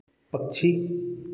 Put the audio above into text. पक्षी